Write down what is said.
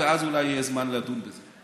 ואז אולי יהיה זמן לדון בזה.